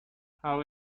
how